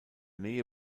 nähe